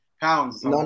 pounds